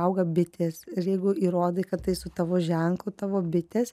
auga bitės ir jeigu įrodai kad tai su tavo ženklu tavo bitės